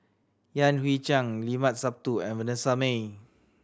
Yan Hui Chang Limat Sabtu and Vanessa Mae